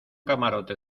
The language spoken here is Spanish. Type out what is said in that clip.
camarote